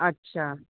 अच्छा